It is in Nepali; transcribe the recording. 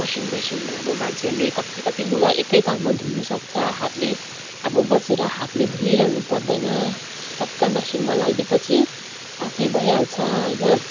वसिङ मेसिनमा अब मान्छेहरूले कत्ति कत्ति लुगा एकैतालमा धुनुसक्छ हातले अब बसेर हातले धोइरहनु पर्दैन टक्कै मेसिनमा लाइदियो पछि आफै भइहाल्छ होइन